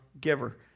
giver